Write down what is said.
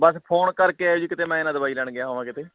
ਬਸ phone ਕਰਕੇ ਆਉ ਜੀ ਕਿਤੇ ਮੈਂ ਨਾ ਦਵਾਈ ਲੈਣ ਗਿਆ ਹੋਵਾਂ ਕਿਤੇ